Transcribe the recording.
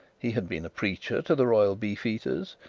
he had been a preacher to the royal beefeaters,